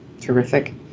Terrific